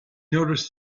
noticed